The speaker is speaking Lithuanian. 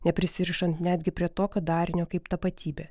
neprisirišant netgi prie tokio darinio kaip tapatybė